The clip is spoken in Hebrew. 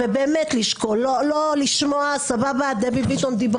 לשקול, ובאמת לשקול, לא לשמוע ולסמן וי.